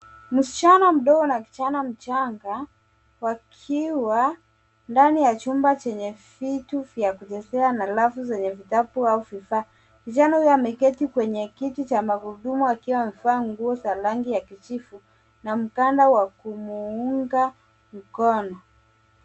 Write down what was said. Msichana mdogo na kijana mchanga wakiwa ndani ya chumba chenye vitu vya kuchezea na rafu zenye vitabu au vifaa. Kijana huyo ameketi kwenye kiti cha magurudumu akiwa amevaa nguo za rangi ya kijivu na mkanda wa kumuunga mkono.